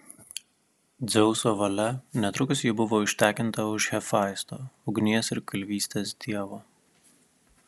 dzeuso valia netrukus ji buvo ištekinta už hefaisto ugnies ir kalvystės dievo